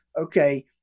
okay